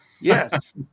Yes